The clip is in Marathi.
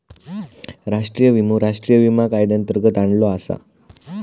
राष्ट्रीय विमो राष्ट्रीय विमा कायद्यांतर्गत आणलो आसा